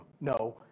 No